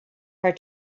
her